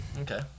Okay